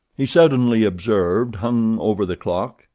he suddenly observed, hung over the clock,